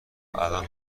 الان